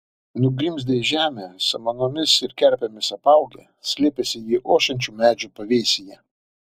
nugrimzdę į žemę samanomis ir kerpėmis apaugę slėpėsi jie ošiančių medžių pavėsyje